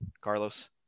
carlos